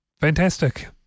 Fantastic